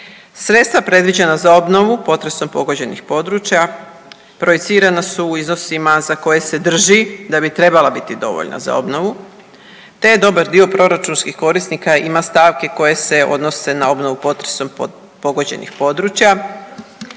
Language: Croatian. Sredstva predviđena za obnovu potresom pogođenih područja projicirana su u iznosima za koje se drži da bi trebala biti dovoljna za obnovu te je dobar dio proračunskih korisnika ima stavke koje se odnose na obnovu potresom pogođenih područja,